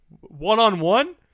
one-on-one